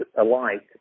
alike